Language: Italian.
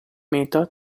meta